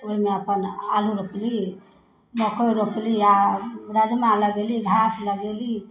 तऽ ओहिमे अपन आलू रोपली मकइ रोपली आओर राजमा लगेली घास लगेली